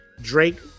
Drake